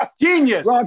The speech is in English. Genius